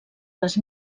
les